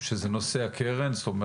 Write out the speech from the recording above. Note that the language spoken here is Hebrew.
הקרן.